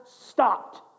stopped